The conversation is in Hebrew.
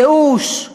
ייאוש,